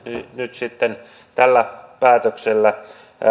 nyt sitten tällä päätöksellä